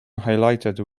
highlighted